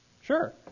Sure